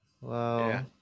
Wow